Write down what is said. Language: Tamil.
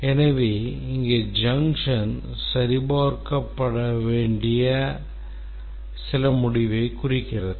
எனவே இங்கே junction சரிபார்க்க வேண்டிய சில முடிவைக் குறிக்கிறது